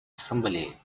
ассамблеи